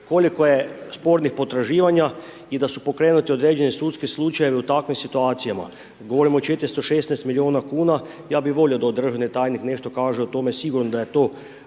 koliko je spornih potraživanja i da su pokrenuti određeni sudski slučajevi u takvim situacijama. Govorim o 416 miliona kuna ja bi volio da državni tajnik nešto kaže o tome sigurno da je to